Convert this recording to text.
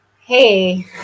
hey